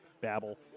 babble